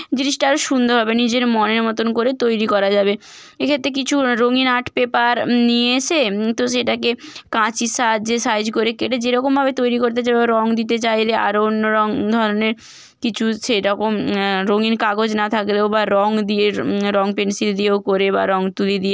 জিনিসটা আরও সুন্দর হবে নিজের মনের মতন করে তৈরি করা যাবে এক্ষেত্রে কিছু রঙিন আর্ট পেপার নিয়ে এসে তো সেটাকে কাঁচির সাহায্যে সাইজ করে কেটে যেরকম ভাবে তৈরি করতে চাই বা রঙ দিতে চাইলে আরও অন্য রঙ ধরনের কিছু সেরকম রঙিন কাগজ না থাকলেও বা রঙ দিয়ে রঙ পেনসিল দিয়েও করে বা রঙ তুলি দিয়ে